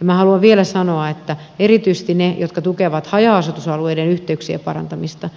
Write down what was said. minä haluan vielä sanoa että erityisesti niiden jotka tukevat haja asutusalueiden yhteyksien parantamista